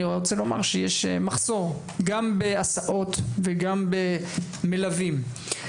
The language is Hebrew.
יש מחסור גם בהסעות וגם במלווים.